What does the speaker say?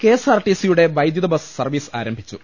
K S R ടിസിയുടെ വൈദ്യുതി bus service ആരം ഭിച്ചു